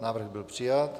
Návrh byl přijat.